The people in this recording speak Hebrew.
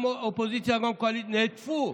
גם אופוזיציה גם קואליציה נהדפו.